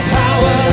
power